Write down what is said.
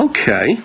Okay